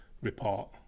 report